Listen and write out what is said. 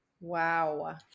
Wow